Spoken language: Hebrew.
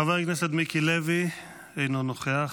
חבר הכנסת מיקי לוי, אינו נוכח.